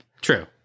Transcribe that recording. True